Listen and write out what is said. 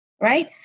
right